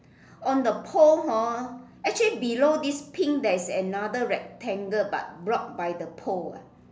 on the pole hor actually below this pink there is another rectangle but blocked by the pole